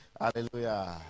Hallelujah